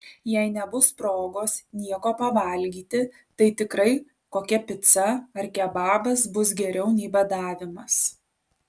jei nebus progos nieko pavalgyti tai tikrai kokia pica ar kebabas bus geriau nei badavimas